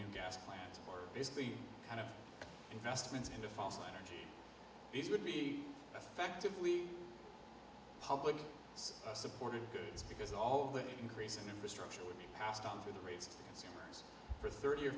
new gas plant or basically kind of investments into fossil energy these would be effectively public supported goods because all the increase in infrastructure would be passed on to the rates for thirty or